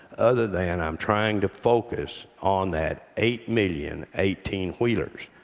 other than i'm trying to focus on that eight million eighteen wheelers.